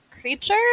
creature